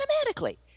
automatically